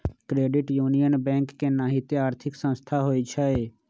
credit union bank के नाहिते आर्थिक संस्था होइ छइ